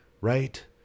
right